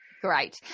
Great